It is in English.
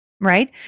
Right